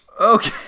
Okay